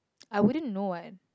I wouldn't know one